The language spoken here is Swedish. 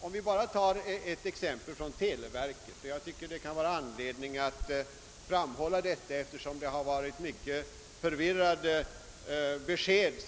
Jag vill bara ta ett exempel från televerket.